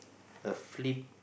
a flip